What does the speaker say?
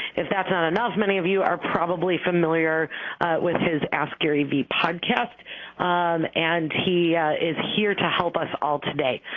if that's not enough, many of you are probably familiar with his ask gary vee podcast and he is here to help us all today.